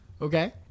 Okay